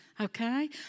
okay